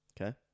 Okay